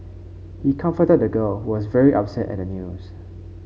he comforted the girl was very upset at the news